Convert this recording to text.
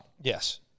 Yes